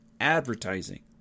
advertising